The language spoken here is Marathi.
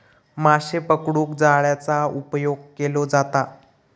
माशे पकडूक जाळ्याचा उपयोग केलो जाता